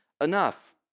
enough